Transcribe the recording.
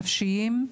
נפשיים,